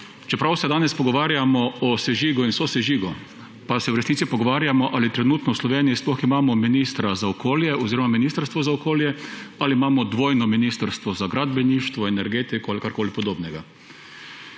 Čeprav se danes pogovarjamo o sežigu in sosežigu, pa se v resnici pogovarjamo, ali trenutno v Sloveniji sploh imamo ministra za okolje oziroma Ministrstvo za okolje, ali imamo dvojno Ministrstvo za gradbeništvo, energetiko ali kakorkoli podobnega.